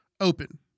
open